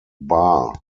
bar